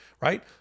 right